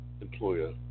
employer